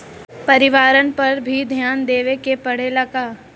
परिवारन पर भी ध्यान देवे के परेला का?